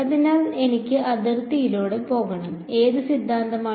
അതിനാൽ എനിക്ക് അതിർത്തിയിലൂടെ പോകണം ഏത് സിദ്ധാന്തമാണ്